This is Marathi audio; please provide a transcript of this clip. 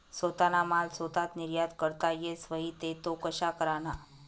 सोताना माल सोताच निर्यात करता येस व्हई ते तो कशा कराना?